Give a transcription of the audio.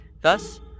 Thus